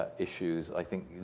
ah issues, i think,